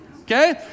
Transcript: okay